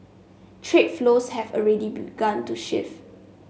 trade flows have already begun to shift